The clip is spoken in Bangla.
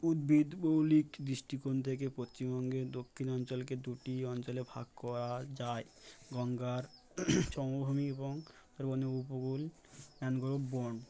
উদ্ভিদ মৌলিক দৃষ্টিকোণ থেকে পশ্চিমবঙ্গের দক্ষিণ অঞ্চলকে দুটি অঞ্চলে ভাগ করা যায় গঙ্গার সমভূমি এবং সুন্দরবন উপকূল নানান গরব বন